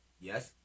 Yes